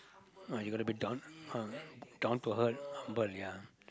uh you gonna be down uh down to earth humble ya